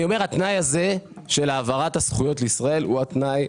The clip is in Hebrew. שהתנאי הזה של העברת הזכויות לישראל הוא התנאי.